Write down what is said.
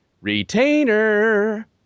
retainer